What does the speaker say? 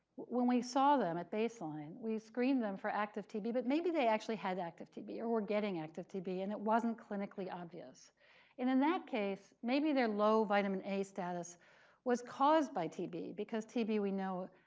when we saw them at baseline, we screened them for active tb. but maybe they actually had active tb or were getting active tb and it wasn't clinically obvious. and in that case, maybe their low vitamin a status was caused by tb, because tb, we know,